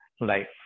life